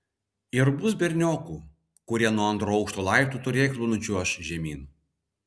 ir bus berniokų kurie nuo antro aukšto laiptų turėklų nučiuoš žemyn